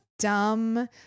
Dumb